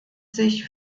sich